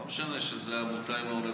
לא משנה שזה עמותה עם האוניברסיטה,